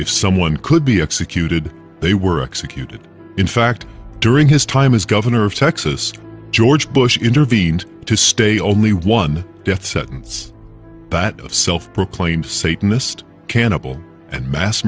if someone could be executed they were executed in fact during his time as governor of texas george bush intervened to stay only one death sentence that of self proclaimed satanist cannibal and mass